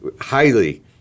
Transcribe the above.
highly